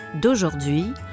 d'aujourd'hui